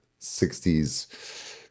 60s